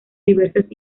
diversas